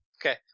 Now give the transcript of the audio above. Okay